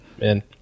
man